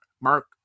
Mark